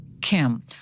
Kim